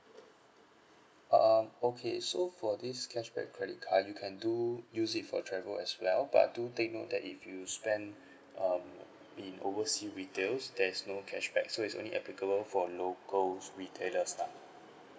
uh um okay so for this cashback credit card you can do use it for travel as well but do take note that if you spend um in oversea retails there's no cashback so it's only applicable for locals retailers lah